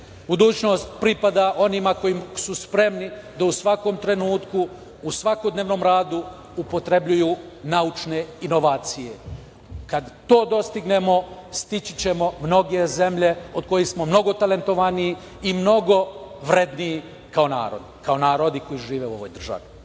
pripada onima koji su spremni da u svakom trenutku u svakodnevnom radu upotrebljavaju naučne inovacije. Kad to dostignemo stići ćemo mnoge zemlje od kojih smo mnogo talentovaniji i mnogo vredniji kao narod, kao narodi koji žive u ovoj državi.